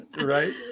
Right